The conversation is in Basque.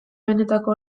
benetako